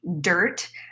dirt